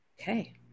okay